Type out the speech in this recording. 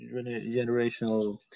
generational